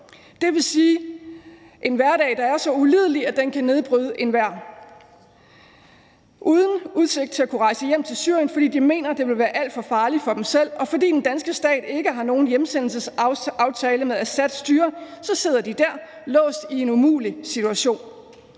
Det vil sige en hverdag, der er så ulidelig, at den kan nedbryde enhver. Uden udsigt til at kunne rejse hjem til Syrien, fordi de mener, at det vil være alt for farligt for dem selv, og fordi den danske stat ikke har nogen hjemsendelsesaftale med Assads styre, sidder de der, låst i en umulig situation.